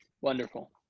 wonderful